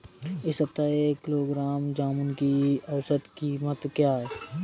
इस सप्ताह एक किलोग्राम जामुन की औसत कीमत क्या है?